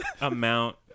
amount